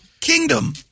Kingdom